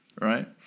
Right